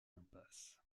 impasse